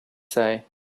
say